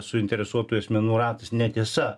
suinteresuotų asmenų ratas netiesa